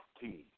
team